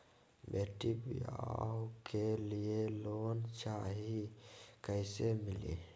बेटी ब्याह के लिए लोन चाही, कैसे मिली?